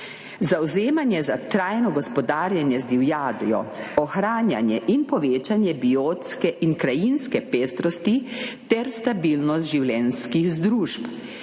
Zavzemanje za trajno gospodarjenje z divjadjo, ohranjanje in povečanje biotske in krajinske pestrosti ter stabilnost življenjskih združb,